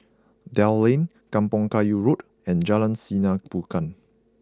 Dell Lane Kampong Kayu Road and Jalan Sinar Bulan